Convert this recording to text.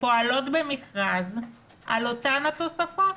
שפועלות במכרז על אותן התוספות?